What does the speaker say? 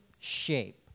shape